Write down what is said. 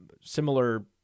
similar